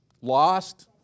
lost